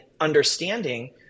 understanding